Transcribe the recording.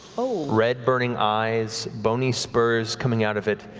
red burning eyes, bony spurs coming out of it,